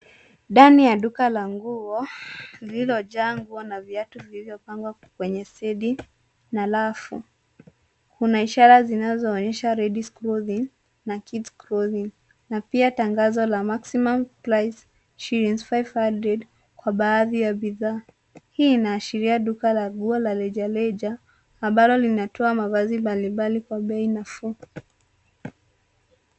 Ndani ya duka la nguo lililojaa nguo na viatu vilivyopangwa kwenye stendi na rafu. Kuna ishara zinazoonyesha ladies clothing na kids clothing na pia tangazo la maximum price Ksh. 500 kwa baadhi ya bidhaa. Hii inaashiria duka la nguo la rejareja ambalo linatoa mavazi mbalimbali kwa bei nafuu.